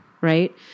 right